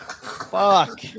fuck